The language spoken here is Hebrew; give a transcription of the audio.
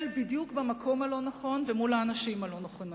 בדיוק במקום הלא-נכון ומול האנשים הלא-נכונים.